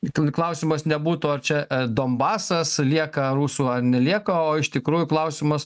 klausimas nebūtų ar čia donbasas lieka rusų ar nelieka o iš tikrųjų klausimas